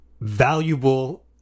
valuable